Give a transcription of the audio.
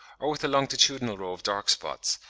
or with a longitudinal row of dark spots,